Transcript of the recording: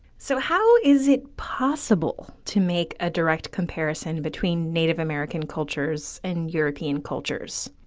so how is it possible to make a direct comparison between native american cultures and european cultures?